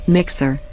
Mixer